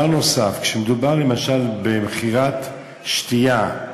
ודבר נוסף, כשמדובר, למשל, במכירת שתייה,